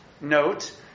note